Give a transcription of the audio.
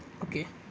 okay